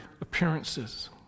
appearances